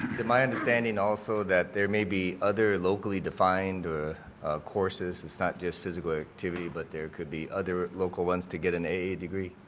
that my understanding also that there may be other locally defined courses, it's not just physical activity but there could be other local ones to get an aa degree,